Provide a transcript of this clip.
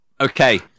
Okay